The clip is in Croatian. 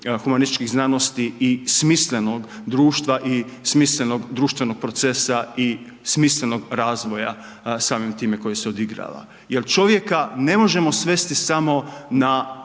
humanističkih znanosti i smislenog društva i smislenog društvenog procesa i smislenog razvoja, samim time koji se odigrava. Jer čovjeka ne možemo svesti samo na